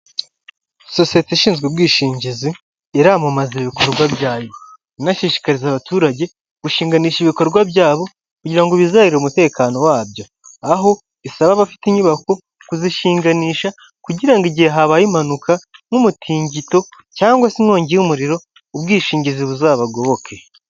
Sosiyete ishinzwe ubwishingizi iramamaza ibikorwa byayo, inashishikariza abaturage gushinganisha ibikorwa byabo kugira ngozerebere umutekano wabyo, aho isaba abafite inyubako kuzishinganisha kugira ngo igihe habaye impanuka n'umutingito cyangwa se inkongi y'umuriro ubwishingizi buzabagoboke.